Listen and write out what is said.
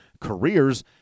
careers